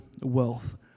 wealth